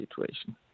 situation